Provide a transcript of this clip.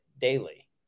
daily